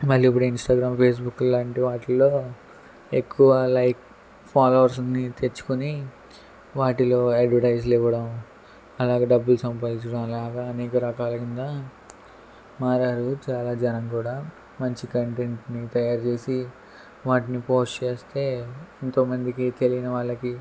మళ్ళీ ఇప్పుడు Instagram Facebook లాంటి వాటిలో ఎక్కువ లైక్ ఫాలోవర్స్ని తెచ్చుకుని వాటిల్లో అడ్వర్టైజ్లు ఇవ్వడం అలాగే డబ్బులు సంపాదించడం అలాగా అనేక రకాలు కింద మారారు చాల జనం కూడా మంచి కంటెంట్నీ తయారుచేసి వాటిని పోస్ట్ చేస్తే ఎంతోమందికి తెలియని వాళ్ళకి